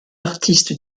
artiste